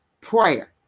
Prayer